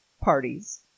parties